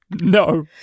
No